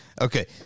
Okay